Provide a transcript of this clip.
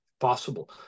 possible